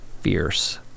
fierce